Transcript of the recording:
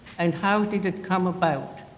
and how did it come about.